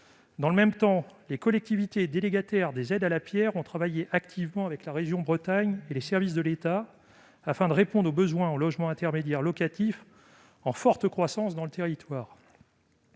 Dans le même temps, les collectivités délégataires des aides à la pierre ont travaillé activement avec la région Bretagne et les services de l'État afin de répondre aux besoins en logements intermédiaires locatifs, en forte croissance sur le territoire.